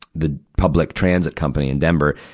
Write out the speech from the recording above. the public transit company in denver.